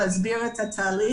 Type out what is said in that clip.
דף שבא להסביר את התהליך